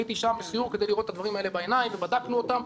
הייתי שם בסיור כדי לראות את הדברים האלה בעיניים ובדקנו אותם,